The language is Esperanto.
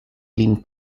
lin